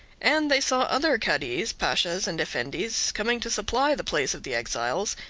and they saw other cadis, pashas, and effendis coming to supply the place of the exiles,